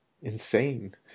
insane